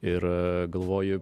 ir galvoji